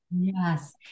yes